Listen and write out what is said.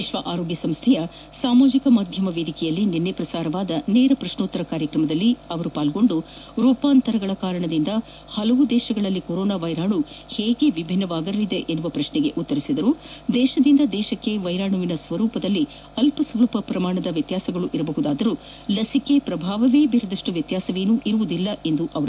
ವಿಶ್ವ ಆರೋಗ್ನ ಸಂಸ್ಥೆಯ ಸಾಮಾಜಿಕ ಮಾಧ್ಯಮ ವೇದಿಕೆಯಲ್ಲಿ ನಿನ್ನೆ ಪ್ರಸಾರವಾದ ನೇರ ಪ್ರಶ್ನೋತ್ತರ ಕಾರ್ಯಕ್ರಮದಲ್ಲಿ ರೂಪಾಂತರಗಳ ಕಾರಣದಿಂದ ಹಲವು ದೇಶಗಳಲ್ಲಿ ಕೊರೊನಾ ವೈರಾಣು ಹೇಗೆ ವಿಭಿನ್ನವಾಗಿರಲಿದೆ ಎನ್ನುವ ಪ್ರಕ್ಷೆಗೆ ಉತ್ತರಿಸಿದ ಅವರು ದೇಶದಿಂದ ದೇಶಕ್ಷೆ ವೈರಾಣುವಿನ ಸ್ವರೂಪದಲ್ಲಿ ಅಲ್ಪ ಪ್ರಮಾಣದ ವ್ಯತ್ಪಾಸಗಳು ಇರಬಹುದಾದರೂ ಲಸಿಕೆ ಪ್ರಭಾವವೇ ಬೀರದಷ್ಟು ವ್ಯತ್ಯಾಸವೇನು ಇರುವುದಿಲ್ಲ ಎಂದರು